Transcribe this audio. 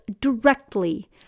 directly